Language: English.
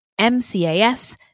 MCAS